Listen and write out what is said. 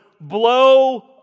blow